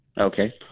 Okay